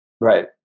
Right